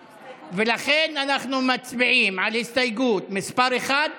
לכן, אנחנו מצביעים על הסתייגות מס' 1,